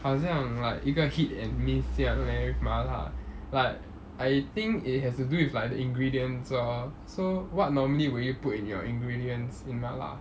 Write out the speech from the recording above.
好像 like a hit and miss 这样 eh with 麻辣 like I think it has to do with the ingredients lor so what normally will you put in your ingredients in 麻辣